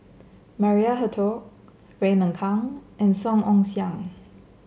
Maria Hertogh Raymond Kang and Song Ong Siang